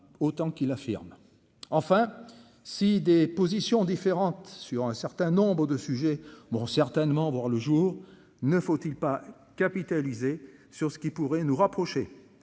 autant qu'il affirme enfin si des positions différentes sur un certain nombre de sujets bon certainement voir le jour. Ne faut-il pas capitaliser sur ce qui pourrait nous rapprocher